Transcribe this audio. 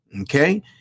okay